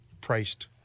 priced